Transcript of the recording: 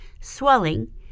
swelling